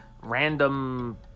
random